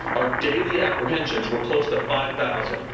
our daily apprehensions were close to five thousand.